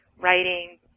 writing